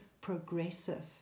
progressive